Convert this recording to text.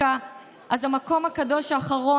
צריכה להעביר את כל סיכומי הטיפול האישי והפרטי שלי